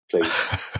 please